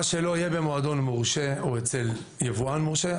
מה שלא יהיה במועדון מורשה או אצל יבואן מורשה,